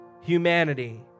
humanity